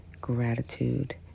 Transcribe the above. gratitude